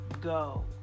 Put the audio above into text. go